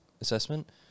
assessment